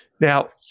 Now